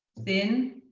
thin,